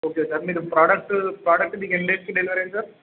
okay sir మీరు product product మీకు ఎన్ని డేస్కి డెలివరీ అయింది సార్